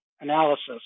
analysis